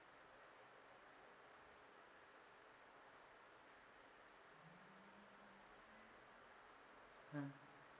ha